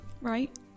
right